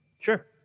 Sure